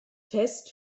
fest